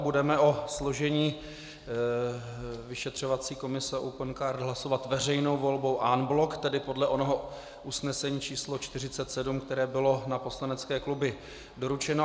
Budeme o složení vyšetřovací komise Opencard hlasovat veřejnou volbou en bloc, tedy podle onoho usnesení číslo 47, které bylo na poslanecké kluby doručeno.